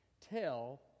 Tell